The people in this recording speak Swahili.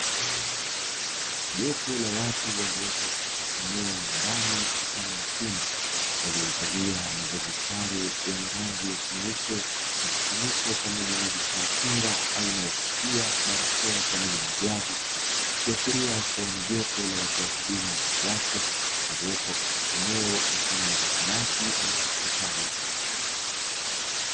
Jopo la watu waliopo katika wachumba waliovalia mavazi sare yenye rangi nyeupe mkusanyiko pamoja na vifaa kinga aina ya kofia, barakoa pamoja kiashiria kuwa ni jopo la watu wa huduma wa kiafya waliopo katika eneo mfano wa zahanati ama hospitali.